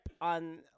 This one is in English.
on